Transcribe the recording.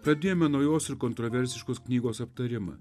pradėjome naujos ir kontroversiškos knygos aptarimą